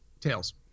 Tails